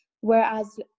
Whereas